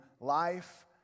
life